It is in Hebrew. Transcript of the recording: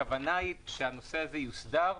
הכוונה היא שהנושא הזה יוסדר,